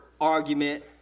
argument